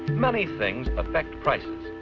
many things affect price